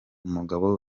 umugabo